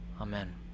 Amen